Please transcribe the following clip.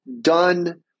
done